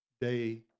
Day